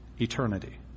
Eternity